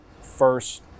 first